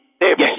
Yes